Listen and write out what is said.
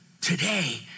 Today